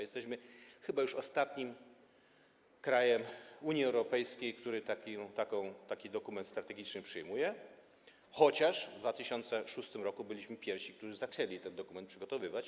Jesteśmy chyba już ostatnim krajem Unii Europejskiej, który taki dokument strategiczny przyjmuje, chociaż w 2006 r. byliśmy pierwsi jako ci, którzy zaczęli ten dokument przygotowywać.